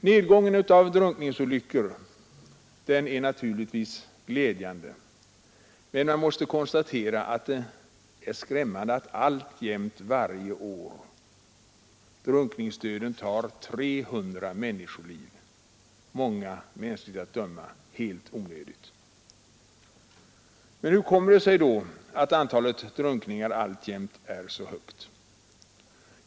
Nedgången av antalet drunkningsolyckor är naturligtvis glädjande, men det är skrämmande att drunkningsdöden alltjämt varje år tar 300 människoliv, många mänskligt att döma helt onödigt. Hur kommer det sig då att antalet drunkningar alltjämt är så högt?